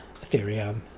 Ethereum